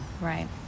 Right